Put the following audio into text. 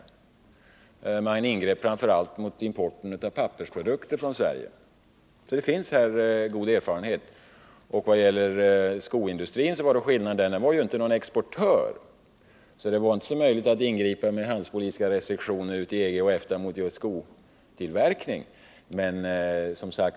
Man ingrep i det sammanhanget framför allt mot importen av pappersprodukter från Sverige. Det finns alltså god erfarenhet av sådana åtgärder. Just skotillverkningen var inte någon exportindustri, och det var därför inte möjligt för EG och EFTA att ingripa med handelspolitiska restriktioner mot just den tillverkningen.